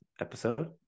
episode